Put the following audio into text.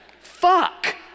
Fuck